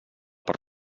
per